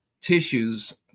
tissues